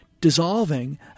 dissolving